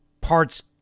parts